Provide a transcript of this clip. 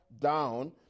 down